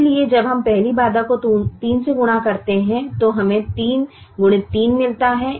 इसलिए जब हम पहली बाधा को 3 से गुणा करते हैं तो हमें 3 x 3 मिलता है